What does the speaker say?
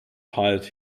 tired